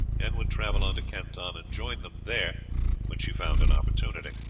and would travel on to canton and join him there when she found an opportunity.